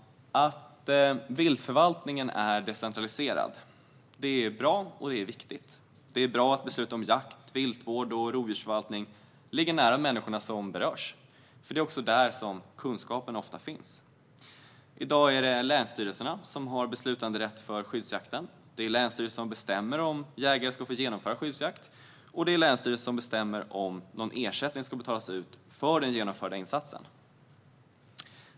Att viltförvaltningen är decentraliserad är bra och viktigt. Det är bra att beslut om jakt, viltvård och rovdjursförvaltning fattas nära de människor som berörs, för det är ofta där kunskapen finns. I dag är det länsstyrelserna som har beslutanderätt gällande skyddsjakten. Det är länsstyrelserna som bestämmer om jägare ska få genomföra skyddsjakt, och det är länsstyrelserna som bestämmer om ersättning ska betalas ut för den genomförda insatsen.